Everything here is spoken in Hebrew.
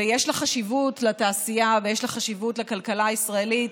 ויש לה חשיבות לתעשייה ויש לה חשיבות לכלכלה הישראלית,